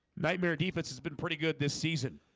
nightmare defense has been pretty good this season.